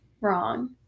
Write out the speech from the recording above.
wrong